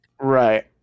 right